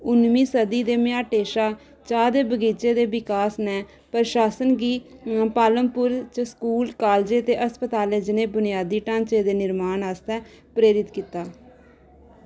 उन्नमीं सदी दे मझाटै शा चाह् दे बगीचे दे विकास ने प्रशासन गी पालमपुल च स्कूल कालज ते अस्पतालें जनेह् बुनियादी ढांचे दे नरमान आस्तै प्रेरत कीता